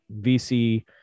vc